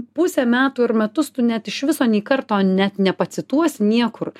pusę metų ar metus tu net iš viso nei karto net nepacituosi niekur